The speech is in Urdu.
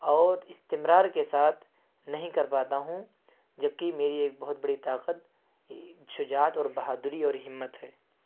اور استمرار کے ساتھ نہیں کرپاتا ہوں جبکہ میری ایک بہت بڑی طاقت شجاعت اور بہادری اور ہمت ہے